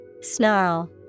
Snarl